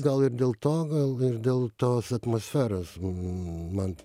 gal ir dėl to gal ir dėl tos atmosferos man